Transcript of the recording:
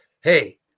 hey